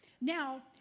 Now